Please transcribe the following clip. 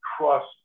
trust